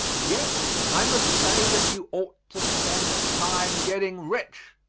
yet i must say that you ought to spend time getting rich.